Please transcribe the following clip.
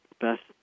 best